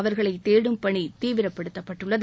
அவர்களை தேடும் பணி தீவிரப்படுத்தப்பட்டுள்ளது